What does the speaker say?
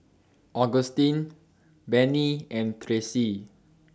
Augustine Benny and Tressie